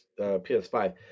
PS5